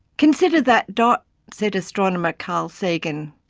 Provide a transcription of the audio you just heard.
consider that dot said astronomer carl sagan,